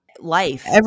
Life